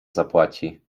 zapłaci